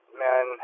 man